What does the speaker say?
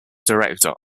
director